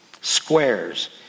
squares